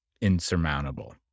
insurmountable